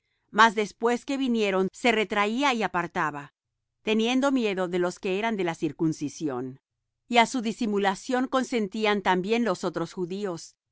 mas después que vinieron se retraía y apartaba teniendo miedo de los que eran de la circuncisión y á su disimulación consentían también los otros judíos de